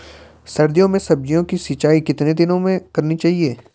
सर्दियों में सब्जियों की सिंचाई कितने दिनों में करनी चाहिए?